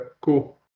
cool